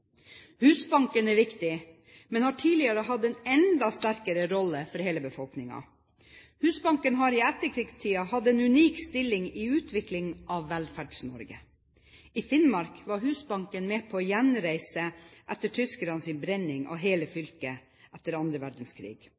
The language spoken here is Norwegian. Husbanken er viktig, men har tidligere hatt en enda sterkere rolle for hele befolkningen. Husbanken har i etterkrigstiden hatt en unik stilling i utviklingen av Velferds-Norge. I Finnmark var Husbanken med på gjenreisningen etter tyskernes brenning av hele fylket under andre verdenskrig.